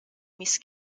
miss